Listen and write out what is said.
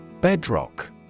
Bedrock